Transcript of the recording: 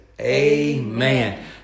Amen